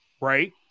right